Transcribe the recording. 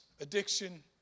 addiction